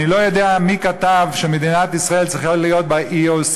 אני לא יודע מי כתב שמדינת ישראל צריכה להיות ב-OECD,